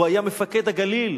הוא היה מפקד הגליל,